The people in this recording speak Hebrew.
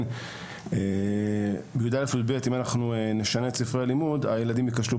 משום שאם נשנה שם את הספרים התלמידים יכשלו